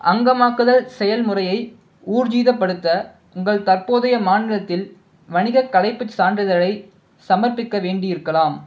அங்கமாக்குதல் செயல்முறையை ஊர்ஜீதப்படுத்த உங்கள் தற்போதைய மாநிலத்தில் வணிகக் களைப்புச் சான்றிதழை சமர்ப்பிக்க வேண்டியிருக்கலாம்